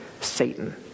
Satan